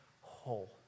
whole